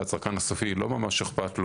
לצרכן הסופי לא ממש אכפת,